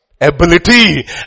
ability